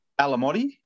Alamotti